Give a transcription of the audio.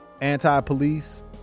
anti-police